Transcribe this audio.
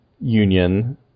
union